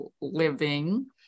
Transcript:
living